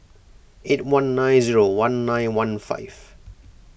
eight one nine zero one nine one five